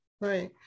Right